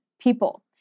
people